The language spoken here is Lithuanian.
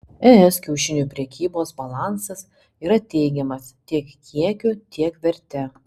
es kiaušinių prekybos balansas yra teigiamas tiek kiekiu tiek verte